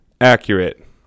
Accurate